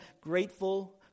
grateful